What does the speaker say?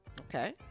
okay